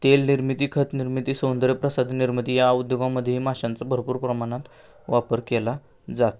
तेल निर्मिती खत निर्मिती सौंदर्यप्रसाधने निर्मिती या उद्योगामध्येही माशांचा भरपूर प्रमाणात वापर केला जातो